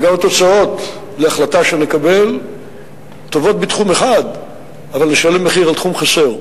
וגם התוצאות של החלטה שנקבל טובות בתחום אחד אבל נשלם מחיר על תחום חסר.